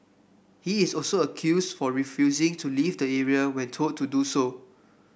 he is also accused for refusing to leave the area when told to do so